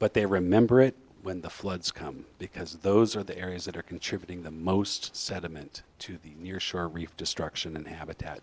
but they remember it when the floods come because those are the areas that are contributing the most sediment to your sure destruction and habitat